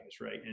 right